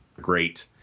great